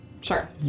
Sure